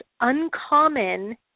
uncommon